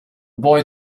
boy